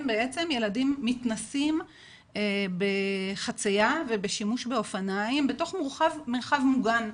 בעצם ילדים מתנסים בחצייה ובשימוש באופניים בתוך מרחב מוגן.